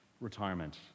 retirement